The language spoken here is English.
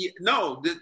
No